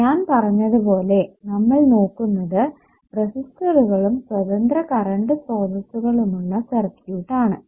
ഞാൻ പറഞ്ഞതുപോലെ നമ്മൾ നോക്കുന്നത് രസിസ്റ്ററുകളും സ്വതന്ത്ര കറണ്ട് സ്രോതസ്സുകളും ഉള്ള സർക്യൂട്ട് ആണ്